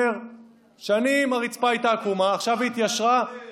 הטענה שהרצפה עקומה היא טענה לא רצינית.